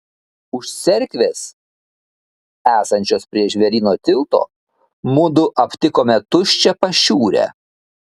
už cerkvės esančios prie žvėryno tilto mudu aptikome tuščią pašiūrę